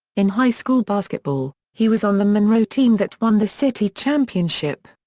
in high school basketball, he was on the monroe team that won the city championship.